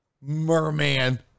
merman